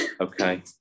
Okay